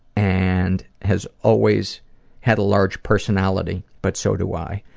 and has always had a large personality. but so do i.